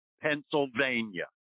Pennsylvania